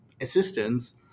assistance